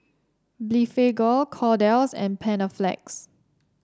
Blephagel Kordel's and Panaflex